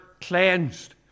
cleansed